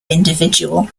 individual